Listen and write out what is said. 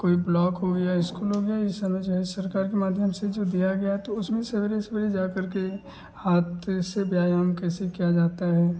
कोई ब्लॉक हो गया इसको लोग जो है इस समय जो है सरकार के माध्यम से जो दिया गया है तो उसमें सवेरे सवेरे जाकर के हाथ से व्यायाम कैसे किया जाता है